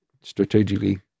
strategically